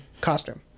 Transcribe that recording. costume